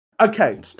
Okay